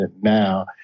now